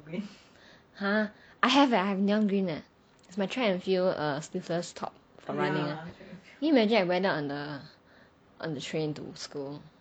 !huh! I have I have neon green leh it's my track and field a sleeveless top for running [one] can you imagine I wear that on the train to school